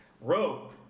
Rope